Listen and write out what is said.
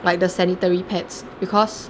like the sanitary pads because